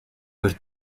was